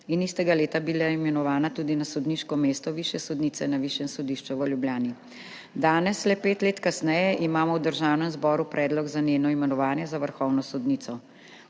istega leta imenovana tudi na sodniško mesto višje sodnice na Višjem sodišču v Ljubljani. Danes, le pet let kasneje, imamo v Državnem zboru predlog za njeno imenovanje za vrhovno sodnico.